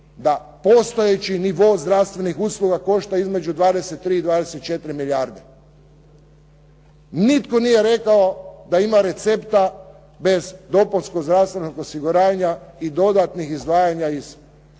da postojeći nivo zdravstvenih usluga košta između 23 i 24 milijarde. Nitko nije rekao da ima recepta bez dopunskog zdravstvenog osiguranja i dodatnih izdvajanja iz